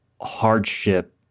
hardship